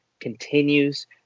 continues